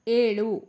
ಏಳು